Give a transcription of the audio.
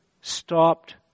stopped